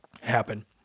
happen